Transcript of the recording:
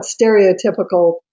stereotypical